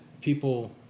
people